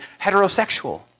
heterosexual